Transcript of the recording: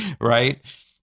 right